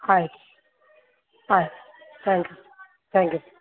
ಆಯ್ತು ಆಂ thank you thank you